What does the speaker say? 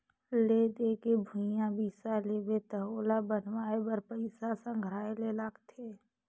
ले दे के भूंइया बिसा लेबे त ओला बनवाए बर पइसा संघराये ले लागथे